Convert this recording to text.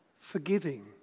forgiving